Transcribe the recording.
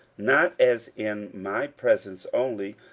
not as in my presence only,